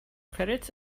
credits